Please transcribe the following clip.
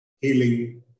healing